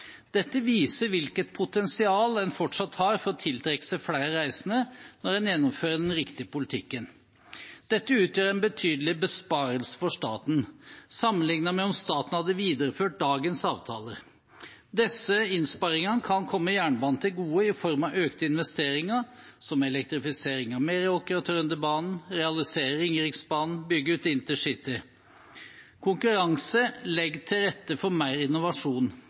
Dette viser hvilket potensial en fortsatt har for å tiltrekke seg flere reisende når en gjennomfører den riktige politikken. Dette utgjør en betydelig besparelse for staten sammenliknet med om staten hadde videreført dagens avtaler. Disse innsparingene kan komme jernbanen til gode i form av økte investeringer, som elektrifisering av Meråkerbanen og Trønderbanen, realisere Ringeriksbanen og bygge ut InterCity. Konkurranse legger til rette for mer innovasjon